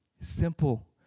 Simple